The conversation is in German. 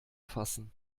fassen